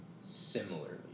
similarly